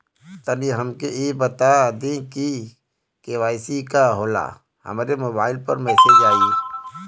तनि हमके इ बता दीं की के.वाइ.सी का होला हमरे मोबाइल पर मैसेज आई?